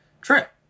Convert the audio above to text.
trip